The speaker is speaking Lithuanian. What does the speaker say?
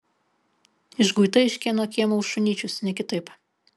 išguita iš kieno kiemo už šunyčius ne kitaip